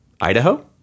Idaho